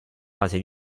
fase